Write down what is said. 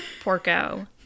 Porco